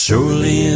Surely